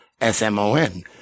S-M-O-N